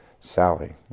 Sally